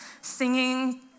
singing